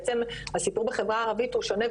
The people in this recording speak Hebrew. בעצם הסיפור בחברה הערבית הוא שונה,